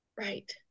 Right